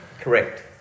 Correct